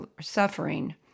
suffering